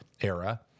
era